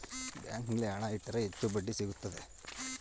ಬ್ಯಾಂಕಿನಲ್ಲಿ ಹಣ ಇಟ್ಟರೆ ಹೆಚ್ಚು ಬಡ್ಡಿ ಸಿಗುತ್ತದೆ